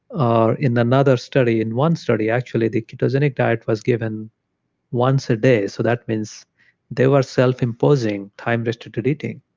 ah in another study, in one study actually the ketogenic diet was given once a day. so that means they were self-imposing time restricted eating.